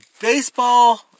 Baseball